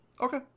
Okay